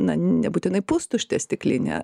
na nebūtinai pustuštę stiklinę